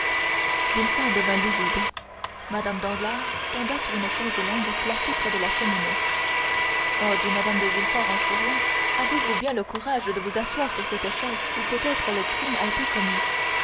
devint livide mme danglars tomba sur une chaise longue placée près de la cheminée oh dit mme de villefort en souriant avez-vous bien le courage de vous asseoir sur cette chaise où peut-être le crime a été commis